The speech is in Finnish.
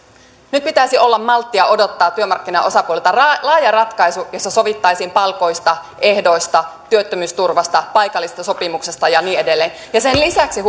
nyt pitäisi olla malttia odottaa työmarkkinaosapuolilta laaja ratkaisu jossa sovittaisiin palkoista ehdoista työttömyysturvasta paikallisesta sopimisesta ja niin edelleen sen lisäksi